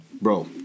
Bro